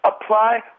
apply